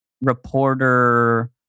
reporter